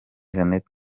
jeannette